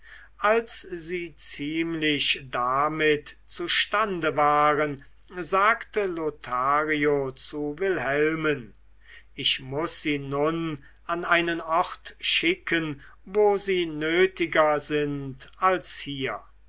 als sie ziemlich damit zustande waren sagte lothario zu wilhelmen ich muß sie nun an einen ort schicken wo sie nötiger sind als hier